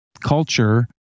culture